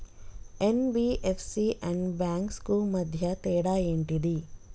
NBFC and banks కు మధ్య తేడా ఏంటిది?